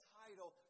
title